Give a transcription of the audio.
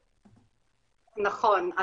נכון.